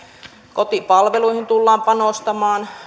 kotipalveluihin tullaan panostamaan